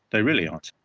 they really aren't.